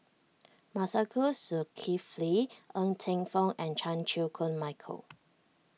Masagos Zulkifli Ng Teng Fong and Chan Chew Koon Michael